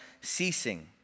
ceasing